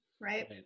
Right